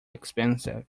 expensive